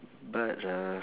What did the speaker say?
but uh